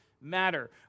matter